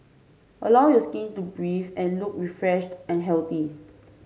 allow your skin to breathe and look refreshed and healthy